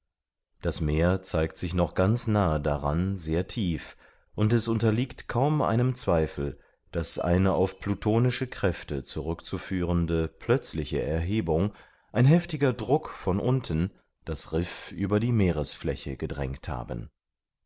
das meer zeigt sich noch ganz nahe daran sehr tief und es unterliegt kaum einem zweifel daß eine auf plutonische kräfte zurückzuführende plötzliche erhebung ein heftiger druck von unten das riff über die meeresfläche gedrängt haben